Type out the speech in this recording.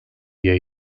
diye